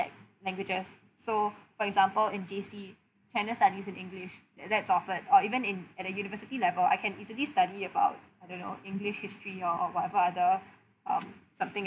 languages so for example in J_C china's studies in english that's offered or even in at the university level I can easily study about I don't know english history or whatever other um something